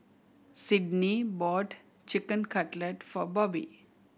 Sydni bought Chicken Cutlet for Bobbie